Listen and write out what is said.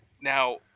now